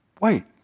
wait